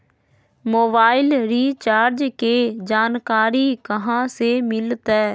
Mobile recharge के जानकारी कहा से मिलतै?